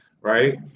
right